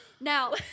now